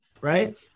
right